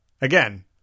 Again